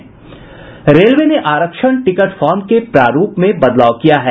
railway ने आरक्षण ticket form के प्रारूप में बदलाव किया है